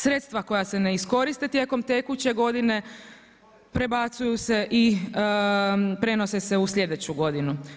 Sredstva koja se ne iskoriste tijekom tekuće godine prebacuju se i prenose se u sljedeću godinu.